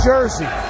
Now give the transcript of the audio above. Jersey